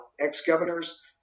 ex-governors